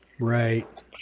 right